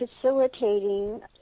facilitating